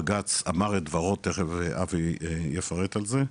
בג"צ אמר את דברו, תיכף אבי יפרט את זה,